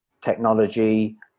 technology